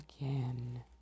again